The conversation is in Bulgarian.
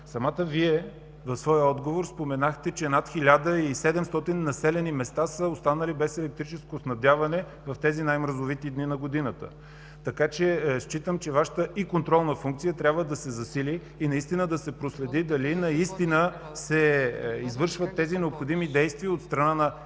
Самата Вие в своя отговор споменахте, че над 1700 населени места са останали без електрическо снабдяване в тези най-мразовити дни на годината. Считам, че Вашата контролна функция трябва да се засили и да се проследи дали наистина се извършват тези необходими действия от страна на